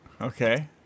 Okay